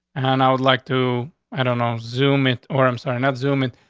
and i would like to i don't know, zoom it or i'm sorry that zoom it,